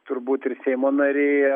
turbūt ir seimo nariai